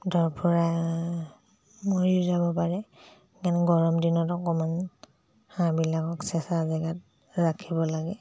ধৰফৰাই মৰিও যাব পাৰে সেকাৰণে গৰম দিনত অকণমান হাঁহবিলাকক চেচা জেগাত ৰাখিব লাগে